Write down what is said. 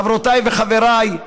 חברותיי וחבריי,